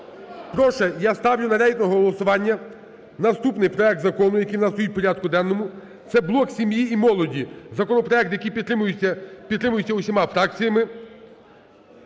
Я ставлю на рейтингове голосування наступний проект закону, який у нас стоїть в порядку денному, це "блок сім'ї і молоді", законопроект, який підтримується усіма фракціями,